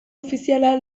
ofiziala